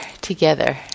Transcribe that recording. together